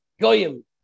Goyim